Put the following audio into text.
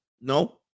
No